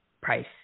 price